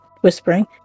whispering